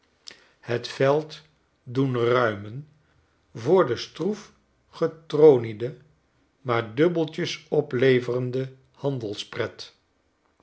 zijn veld doen ruimen voor de stroefgetroniede maar dubbeltjes opleverende